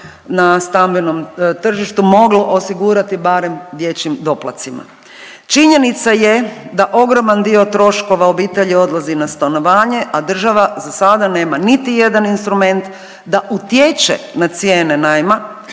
na stambenom tržištu moglo osigurati barem dječjim doplacima. Činjenica je da ogroman dio troškova obitelji odlazi na stanovanje, a država za sada nema niti jedan instrument da utječe na cijene najma